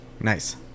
Nice